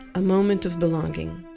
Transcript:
a moment of belonging.